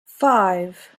five